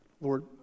Lord